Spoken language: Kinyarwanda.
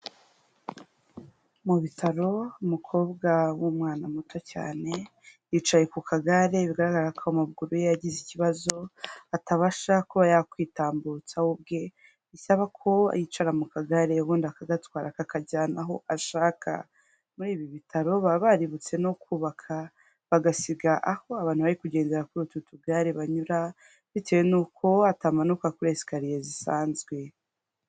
Mu bitaro umukobwa w'umwana muto cyane yicaye ku kagare bigaragara ko amaguru ye yagize ikibazo, atabasha kuba yakwitambutsa we ubwe bisaba ko yicara mu kagare ubundi akagatwara akakajyana aho ashaka, muri ibi bitaro baba baributse no kubaka bagasiga aho abantu bari kugendera kuri utu tugare banyura, bitewe nuko atamanuka kuri esikariye zisanzwe.